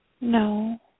No